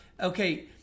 okay